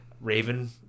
raven